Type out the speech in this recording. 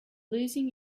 losing